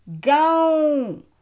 gone